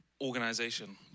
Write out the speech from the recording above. organization